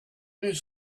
his